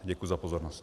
Děkuji za pozornost.